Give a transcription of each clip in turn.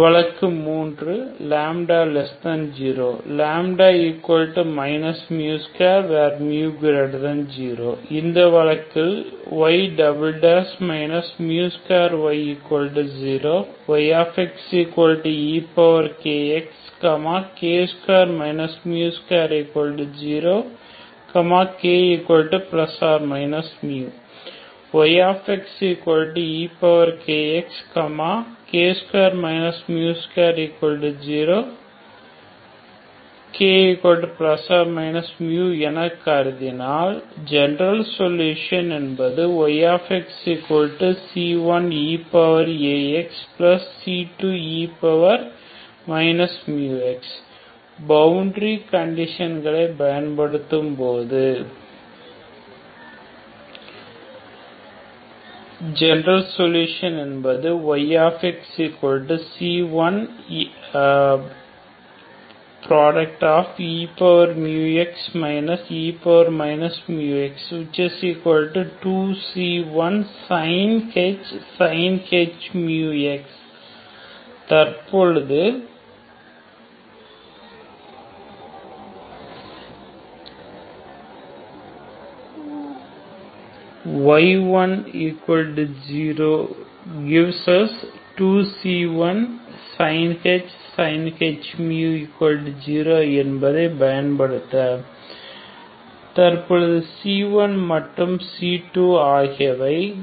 வழக்கு 3 λ0 μ2 μ0 இந்த வழக்கில் y μ2y0 yxekx k2 μ20 k±μ yxekx k2 μ20 k±μ எனக் கருதினால் ஜெனரல் சொல்யூஷன் என்பது yxc1eμxc2e μx பவுண்டரி கண்டிஷன்கள் பயன்படுத்தும்போது i y00 gives us c1c20 that gives c1 c2 general solution என்பது yxc1eμx e μx2c1sinh μx தற்பொழுது ii y10 gives us 2c1sinh 0 என்பதை பயன்படுத்த தற்பொழுது c1 மற்றும் c2 ஆகியவையும்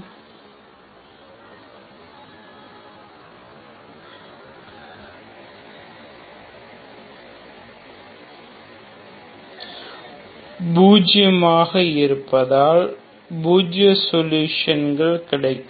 பூஜ்ஜியமாக இருந்தால் பூஜ்ஜிய சொல்யூஷன் கிடைக்கும்